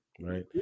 right